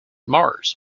mars